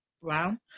brown